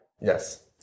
Yes